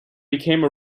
became